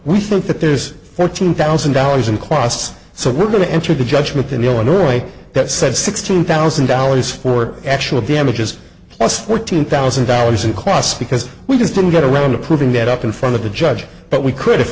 we think that there's fourteen thousand dollars in costs so we're going to enter the judgment in illinois that said sixteen thousand dollars for actual damages plus fourteen thousand dollars in costs because we just didn't get around to putting that up in front of the judge but we could if